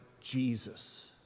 Jesus